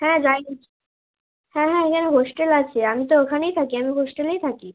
হ্যাঁ যাইনি হ্যাঁ হ্যাঁ এখানে হোস্টেল আছে আমি তো ওখানেই থাকি আমি হোস্টেলেই থাকি